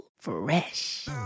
Fresh